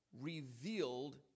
revealed